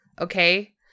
Okay